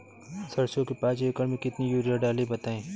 सरसो के पाँच एकड़ में कितनी यूरिया डालें बताएं?